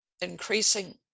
increasing